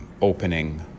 opening